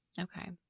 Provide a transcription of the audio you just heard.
Okay